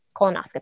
colonoscopy